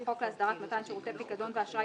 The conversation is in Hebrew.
חוק להסדרת מתן שירותי פיקדון ואשראי